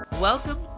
Welcome